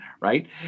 right